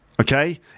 Okay